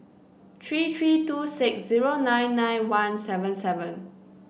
three three two six zero nine nine one seven seven